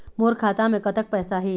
मोर खाता मे कतक पैसा हे?